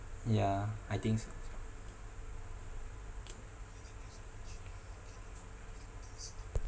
yeah I think so also